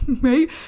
right